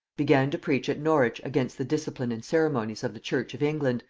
began to preach at norwich against the discipline and ceremonies of the church of england,